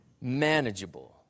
Manageable